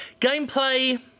Gameplay